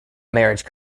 marriage